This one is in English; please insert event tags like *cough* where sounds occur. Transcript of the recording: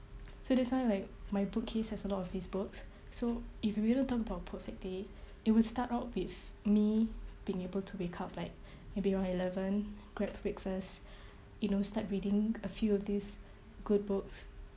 so that's why like my bookcase has a lot of these books so if you really want to talk about perfect day it will start out with me being able to wake up like maybe around eleven grab breakfast *breath* you know start reading a few of these good books